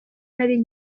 nari